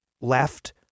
left